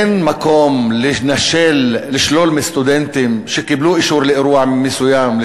אין מקום לנשל ולשלול מסטודנטים שקיבלו אישור לאירוע מסוים,